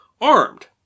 armed